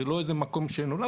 זה לא איזה מקום שנולד.